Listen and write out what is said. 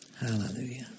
Hallelujah